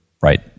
right